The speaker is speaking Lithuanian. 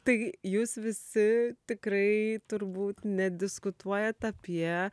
tai jūs visi tikrai turbūt nediskutuojat apie